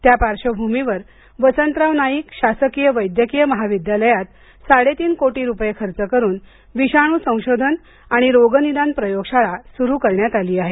त्या पार्श्वभूमीवर वसंतराव नाईक शासकीय वैद्यकीय महाविद्यालयात साडे तीन कोटी रुपये खर्च करून विषाणू संशोधन आणि रोगनिदान प्रयोगशाळा सुरू करण्यात आली आहे